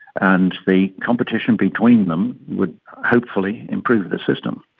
and the competition between them would hopefully improve the system.